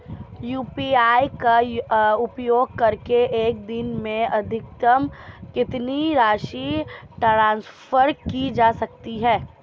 UPI का उपयोग करके एक दिन में अधिकतम कितनी राशि ट्रांसफर की जा सकती है?